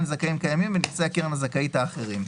זכאים קיימים ונכסי הקרן הזכאית האחרים,